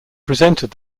presented